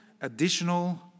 additional